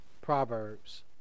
proverbs